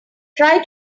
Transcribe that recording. try